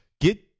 get